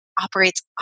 operates